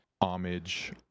homage